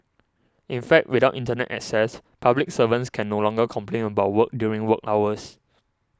in fact without Internet access public servants can no longer complain about work during work hours